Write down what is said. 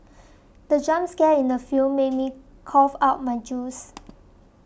the jump scare in the film made me cough out my juice